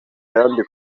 ayandi